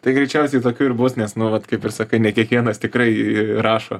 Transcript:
tai greičiausiai tokiu ir bus nes nu vat kaip ir sakai ne kiekvienas tikrai rašo